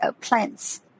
plants